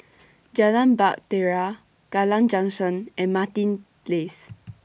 Jalan Bahtera Kallang Junction and Martin Place